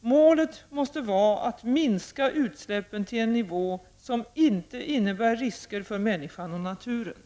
Målet måste vara att minska utsläppen till en nivå som inte innebär risker för människan och naturen.